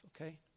okay